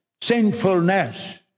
sinfulness